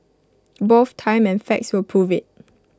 both time and facts will prove IT